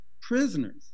prisoners